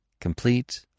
Complete